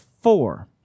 four